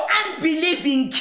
unbelieving